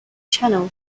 channel